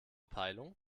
peilung